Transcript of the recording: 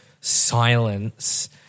silence